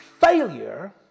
Failure